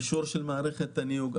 אישור של מערכת הניהוג.